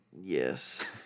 Yes